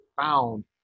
found